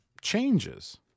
changes